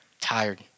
Tired